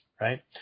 right